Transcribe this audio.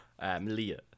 Malia